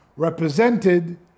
Represented